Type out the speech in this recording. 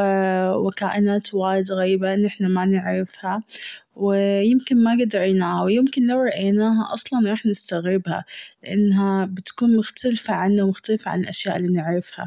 وكائنات وايد غريبة نحن ما نعرفها ويمكن ما قد وعيناها و يمكن لو وعيناها أصلاً راح نستغربها. لأنها بتكون مختلفة عنا ومختلفة عن الأشياء اللي بنعرفها.